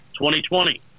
2020